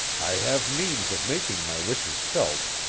i have means of making my wishes felt,